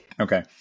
Okay